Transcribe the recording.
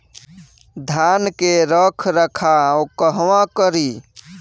धान के रख रखाव कहवा करी?